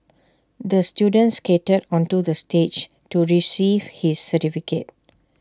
the student skated onto the stage to receive his certificate